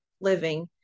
living